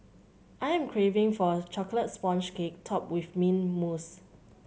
I am craving for a chocolate sponge cake topped with mint mousse